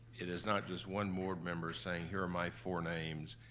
it is not just one board member saying, here are my four names.